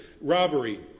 robbery